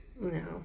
No